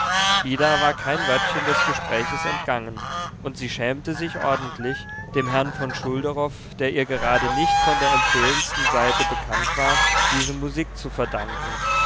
ida war kein wörtchen des gespräches entgangen und sie schämte sich ordentlich dem herrn von schulderoff der ihr gerade nicht von der empfehlendsten seite bekannt war diese musik zu verdanken